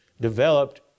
developed